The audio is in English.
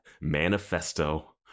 manifesto